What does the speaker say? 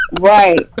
right